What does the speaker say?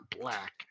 black